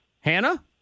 Hannah